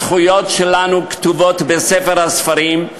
הזכויות שלנו כתובות בספר הספרים,